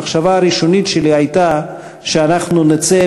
המחשבה הראשונית שלי הייתה שאנחנו נצא